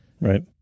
Right